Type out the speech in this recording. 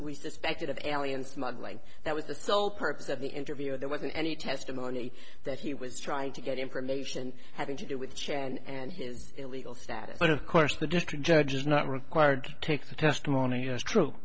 we suspected of alien smuggling that was the sole purpose of the interview there wasn't any testimony that he was trying to get information having to do with the chair and his illegal status but of course the district judge is not required to take the testimony is true